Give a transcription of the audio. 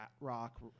rock